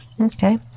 Okay